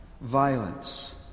violence